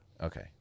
okay